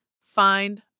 Find